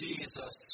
Jesus